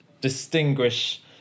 distinguish